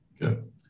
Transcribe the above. Good